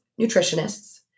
nutritionists